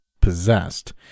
possessed